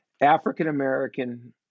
African-American